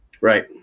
right